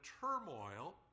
turmoil